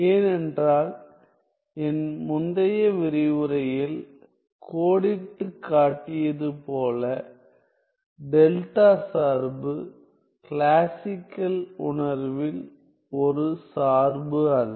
ஏனென்றால் என் முந்தைய விரிவுரையில் கோடிட்டுக் காட்டியது போல டெல்டா சார்பு கிளாசிக்கல் உணர்வில் ஒரு சார்பு அல்ல